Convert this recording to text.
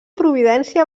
providència